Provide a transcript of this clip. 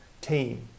team